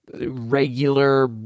regular